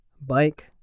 bike